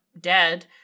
dead